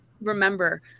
remember